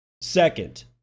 Second